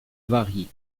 varient